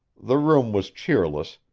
the room was cheerless,